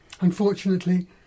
Unfortunately